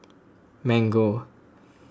Mango